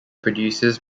producers